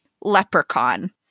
leprechaun